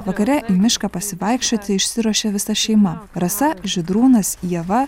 vakare į mišką pasivaikščioti išsiruošė visa šeima rasa žydrūnas ieva